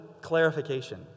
clarification